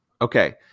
Okay